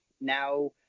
now